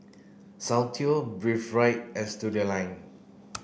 Soundteoh Breathe Right and Studioline